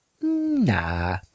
nah